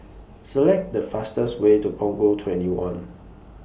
Select The fastest Way to Punggol twenty one